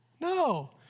No